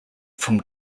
from